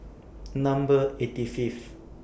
Number eighty Fifth